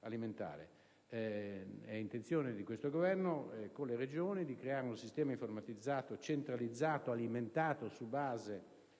alimentare. È intenzione di questo Governo, con le Regioni, di creare un sistema informatizzato centralizzato, alimentato su base